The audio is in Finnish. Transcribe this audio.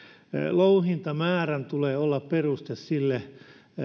louhintamäärän tulee olla peruste sille